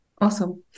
awesome